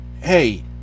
hey